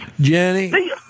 Jenny